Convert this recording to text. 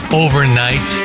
overnight